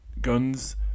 guns